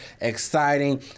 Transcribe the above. exciting